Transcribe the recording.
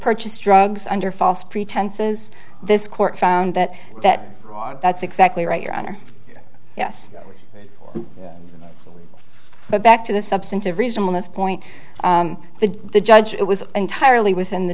purchased drugs under false pretenses this court found that that wrong that's exactly right your honor yes but back to the substantive reason when this point the the judge it was entirely within the